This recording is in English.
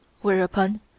whereupon